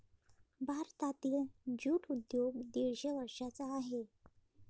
भारतातील ज्यूट उद्योग दीडशे वर्षांचा आहे